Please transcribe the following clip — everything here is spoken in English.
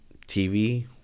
TV